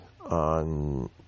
on